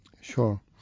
Sure